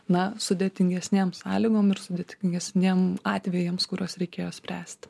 na sudėtingesnėm sąlygom ir sudėtingesniem atvejams kuriuos reikėjo spręst